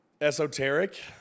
esoteric